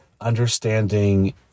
Understanding